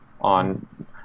on